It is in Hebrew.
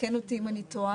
תקן אותי אם אני טועה,